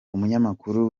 umunyamakuru